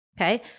Okay